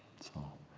so,